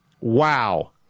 Wow